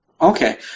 okay